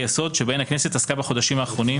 יסוד בהן הכנסת עסקה בחודשים האחרונים,